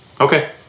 okay